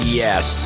yes